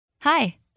Hi